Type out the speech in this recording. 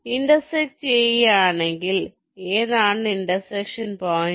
intersect ചെയ്യുകയാണെങ്കിൽ ഏതാണ് intersection point